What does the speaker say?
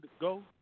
go